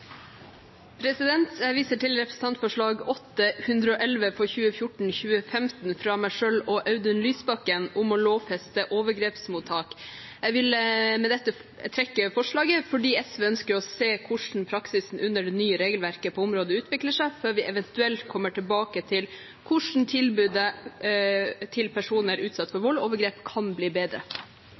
representantforslag. Jeg viser til Representantforslag 111 S for 2014–2015 fra meg selv og Audun Lysbakken om å lovfeste overgrepsmottak. Jeg vil med dette trekke forslaget fordi SV ønsker å se hvordan praksisen under det nye regelverket på området utvikler seg, før vi eventuelt kommer tilbake til hvordan tilbudet til personer utsatt for vold og overgrep kan bli bedre.